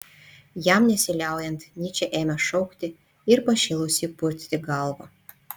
jam nesiliaujant nyčė ėmė šaukti ir pašėlusiai purtyti galvą